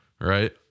right